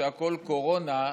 כשהכול קורונה,